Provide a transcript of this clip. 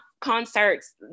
concerts